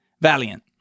Valiant